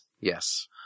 Yes